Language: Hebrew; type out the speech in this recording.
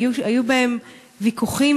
היו בהם ויכוחים,